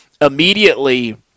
immediately